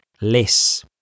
less